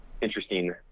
interesting